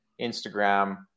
Instagram